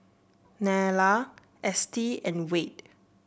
Nella Estie and Wade